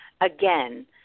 Again